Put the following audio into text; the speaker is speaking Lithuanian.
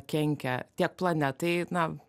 kenkia tiek planetai na